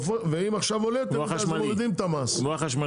אם עכשיו עולה אז מורידים את המס.